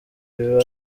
biba